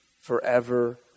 forever